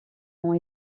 ont